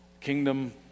kingdom